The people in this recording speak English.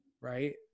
Right